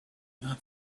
not